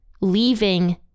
leaving